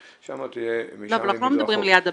שם תהיה -- אבל אנחנו לא מדברים על ליד הבית,